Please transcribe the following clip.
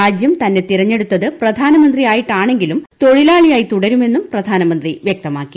രാജ്യം തന്നെ തിരഞ്ഞെടുത്തത് പ്രധാനമന്ത്രിയായിട്ടാണെങ്കിലും തൊഴില്വാളിയായി തുടരുമെന്നും പ്രധാനമന്ത്രി വ്യക്തമാക്കി